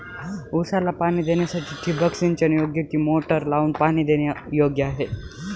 ऊसाला पाणी देण्यासाठी ठिबक सिंचन योग्य कि मोटर लावून पाणी देणे योग्य आहे?